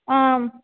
आम्